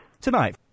Tonight